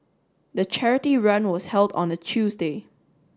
the charity run was held on a Tuesday